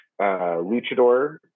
Luchador